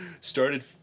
started